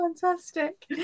fantastic